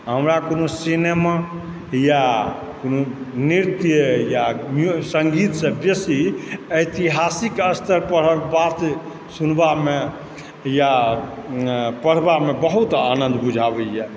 हमरा कुनो सिनेमा या कुनो नृत्य या संगीतसँ बेसी ऐतिहासिक स्तर पढ़ल पात्र सुनबामे या पढ़बामे बहुत आनन्द बुझाबैए